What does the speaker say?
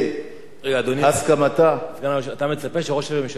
אתה מצפה שראש הממשלה יאמר לוועדה: המסקנות לא טובות,